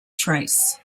trace